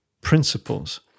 principles